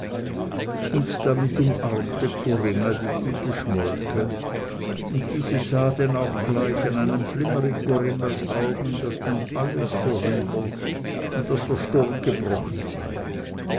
und damit umarmte corinna die gute schmolke und diese sah denn auch gleich an einem flimmer in corinnas augen daß nun alles vorüber und daß der sturm gebrochen sei